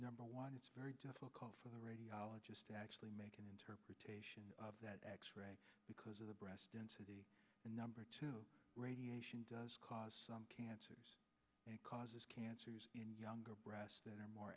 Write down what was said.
number one it's very difficult for the radiologist to actually make an interpretation of that x ray because of the breast density and number two radiation does cause some cancers and causes cancers in younger breasts that are more